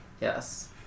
Yes